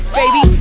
baby